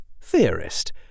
theorist